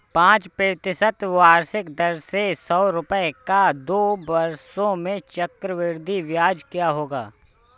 पाँच प्रतिशत वार्षिक दर से सौ रुपये का दो वर्षों में चक्रवृद्धि ब्याज क्या होगा?